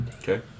Okay